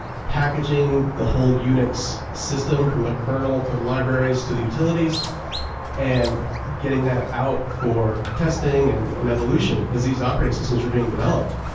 packaging the whole unix system from the kernel to the libraries to the utilities and getting that out for testing and and evolution because these operating systems were being developed.